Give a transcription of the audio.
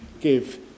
give